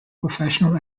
professional